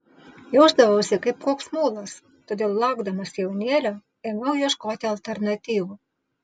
jausdavausi kaip koks mulas todėl laukdamasi jaunėlio ėmiau ieškoti alternatyvų